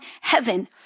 heaven